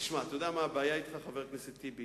תשמע, אתה יודע מה הבעיה אתך, חבר הכנסת טיבי?